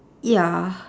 ya